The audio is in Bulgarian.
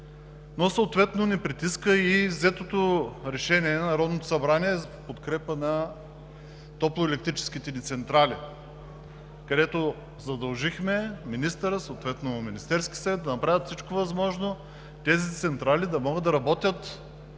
но съответно ни притиска и взетото решение на Народното събрание за подкрепа на топлоелектрическите ни централи, където задължихме министъра, съответно Министерския съвет, тези централи да могат да работят